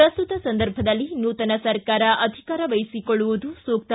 ಪ್ರಸ್ತುತ ಸಂದರ್ಭದಲ್ಲಿ ನೂತನ ಸರ್ಕಾರ ಅಧಿಕಾರ ವಹಿಸಿಕೊಳ್ಳುವುದು ಸೂಕ್ತ